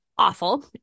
awful